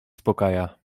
uspokaja